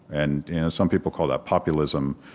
and you know some people call that populism.